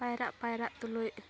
ᱯᱟᱭᱨᱟᱜ ᱯᱟᱭᱨᱟᱜ ᱛᱩᱞᱩᱡ